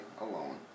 alone